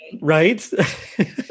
right